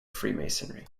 freemasonry